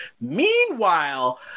Meanwhile